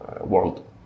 world